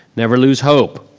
never lose hope.